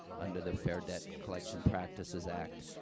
under the fair debt collection practices act,